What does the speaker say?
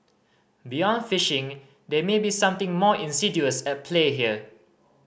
beyond phishing there may be something more insidious at play here